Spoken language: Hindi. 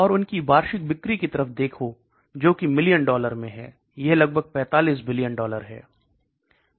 और उनकी वार्षिक बिक्री की तरफ देखो जोकि मिलियन डॉलर में है यह लगभग 45 बिलियन डॉलर है